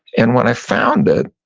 and when i found it,